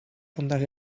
vandaag